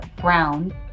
Brown